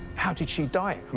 how did she die? i